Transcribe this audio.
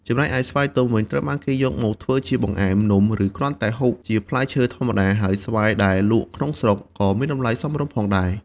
ចំណែកឯស្វាយទុំវិញ ត្រូវបានគេយកមកធ្វើជាបង្អែម នំ ឬគ្រាន់តែហូបជាផ្លែឈើធម្មតា ហើយស្វាយដែលលក់ក្នុងស្រុកក៏មានតម្លៃសមរម្យផងដែរ។